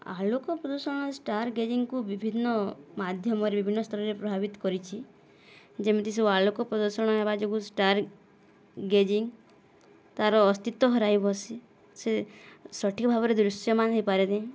ଆଲୋକ ପ୍ରଦୂଷଣ ଷ୍ଟାର ଗେଜିଂକୁ ବିଭିନ୍ନ ମାଧ୍ୟମରେ ବିଭିନ୍ନ ସ୍ତରରେ ପ୍ରଭାବିତ କରିଛି ଯେମିତି ସବୁ ଆଲୋକ ପ୍ରଦୂଷଣ ହେବା ଯୋଗୁଁ ଷ୍ଟାର ଗେଜିଂ ତା'ର ଅସ୍ତିତ୍ଵ ହରାଇ ବସେ ସେ ସଠିକ୍ ଭବରେ ଦୃଶ୍ୟମାନ ହୋଇପାରେନି